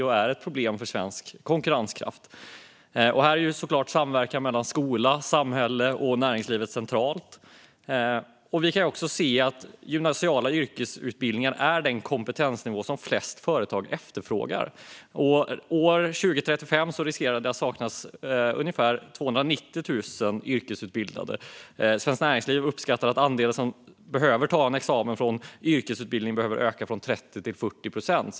Det är ett problem för svensk konkurrenskraft. Här är såklart samverkan mellan skola, samhälle och näringsliv centralt. Vi kan se att gymnasiala yrkesutbildningar är den kompetensnivå som flest företag efterfrågar. Risken finns att det år 2035 kommer att saknas ungefär 290 000 yrkesutbildade. Svenskt Näringsliv uppskattar att den andel som tar examen från yrkesutbildning behöver öka från 30 procent till 40 procent.